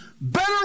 Better